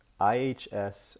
IHS